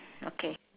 okay